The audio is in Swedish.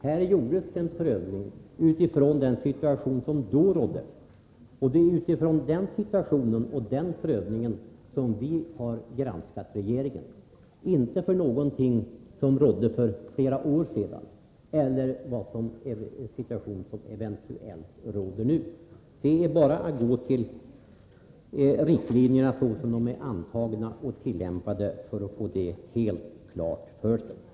Här gjordes en prövning med utgångspunkt i den situation som då rådde, och det är med utgångspunkt i den situationen och den prövningen som vi har granskat regeringen — inte någon situation som rådde för flera år sedan eller den situation som eventuellt råder nu. Det är bara att gå till riktlinjerna, såsom de är antagna och tillämpade, för att få detta helt klart för sig.